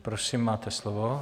Prosím, máte slovo.